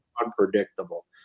unpredictable